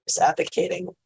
advocating